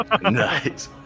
Nice